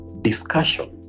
discussion